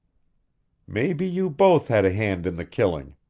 maybe you both had a hand in the killing,